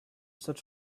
such